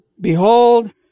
behold